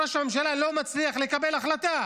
ראש הממשלה לא מצליח לקבל החלטה,